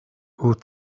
wyt